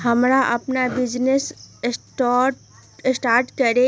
हमरा अपन business start करे